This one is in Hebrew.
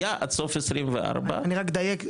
היה עד סוף 24. אני רק אדייק,